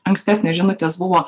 ankstesnės žinutės buvo